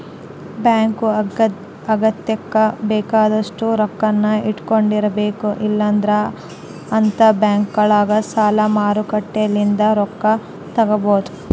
bank ಅಗತ್ಯಕ್ಕ ಬೇಕಾದಷ್ಟು ರೊಕ್ಕನ್ನ ಇಟ್ಟಕೊಂಡಿರಬೇಕು, ಇಲ್ಲಂದ್ರ ಅಂತರಬ್ಯಾಂಕ್ನಗ ಸಾಲ ಮಾರುಕಟ್ಟೆಲಿಂದ ರೊಕ್ಕ ತಗಬೊದು